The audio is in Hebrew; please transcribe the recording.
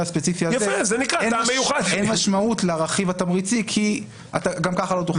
הספציפי הזה אין משמעות לרכיב התמריצי כי כך גם לא תוכל.